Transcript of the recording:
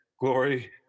Glory